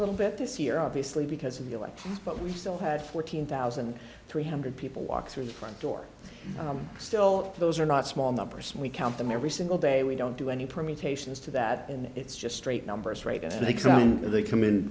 little bit this year obviously because of the elections but we still had fourteen thousand three hundred people walk through the front door still those are not small numbers and we count them every single day we don't do any permutations to that and it's just straight numbers right into the exam and they come in